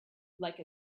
like